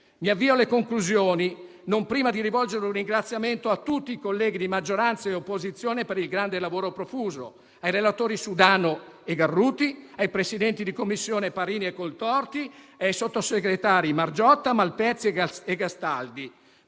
Mi avvio alle conclusioni, non prima di rivolgere un ringraziamento a tutti i colleghi di maggioranza e di opposizione per il grande lavoro profuso, ai relatori Sudano e Garruti, ai presidenti di Commissione Parrini e Coltorti e ai sottosegretari Margiotta, Malpezzi e Castaldi.